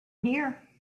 here